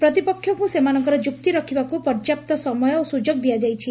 ପ୍ରତିପକ୍ଷଙ୍କୁ ସେମାନଙ୍କର ଯୁକ୍ତି ରଖିବାକୁ ପର୍ଯ୍ୟାପ୍ତ ସମୟ ଓ ସୁଯୋଗ ଦିଆଯାଇଛି